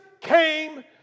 came